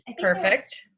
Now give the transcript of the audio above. Perfect